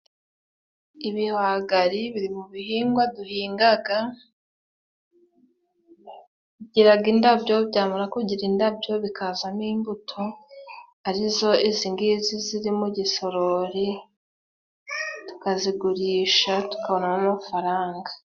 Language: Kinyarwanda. Ibihwagari biri mu bihingwa duhinga bigiraga indabyo， byamara kugira indabyo bikazamo imbuto arizo izi ngizi ziri mu gisorori tukazigurisha tukabonamo amafaranga.